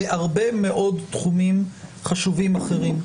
בהרבה מאוד תחומים חשובים אחרים.